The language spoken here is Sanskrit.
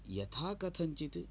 यथा कथञ्चित्